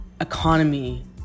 economy